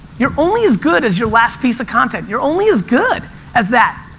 you're only as good as your last piece of content. you're only as good as that.